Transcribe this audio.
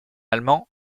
allemand